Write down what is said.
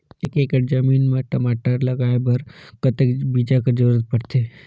एक एकड़ जमीन म टमाटर लगाय बर कतेक बीजा कर जरूरत पड़थे?